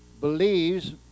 believes